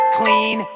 clean